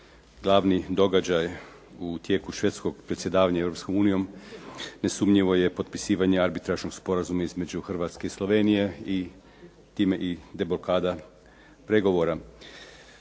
glavni događaj u tijeku Švedskog predsjedavanja Unijom nesumnjivo je potpisivanje arbitražnog sporazuma između Hrvatske i Slovenije i time deblokada pregovora.